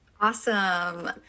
Awesome